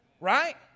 Right